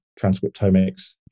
transcriptomics